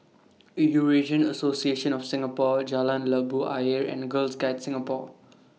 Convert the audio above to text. Eurasian Association of Singapore Jalan Labu Ayer and Girl Guides Singapore